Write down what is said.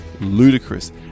ludicrous